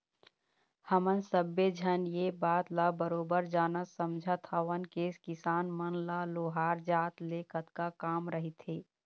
हमन सब्बे झन ये बात ल बरोबर जानत समझत हवन के किसान मन ल लोहार जात ले कतका काम रहिथे